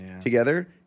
together